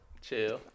Chill